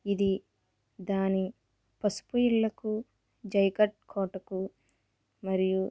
ఇది దాని పసుపీలకు జైగడ్ కోటకు మరియు